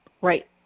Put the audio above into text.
Right